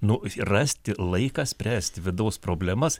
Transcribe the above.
nu rasti laiką spręsti vidaus problemas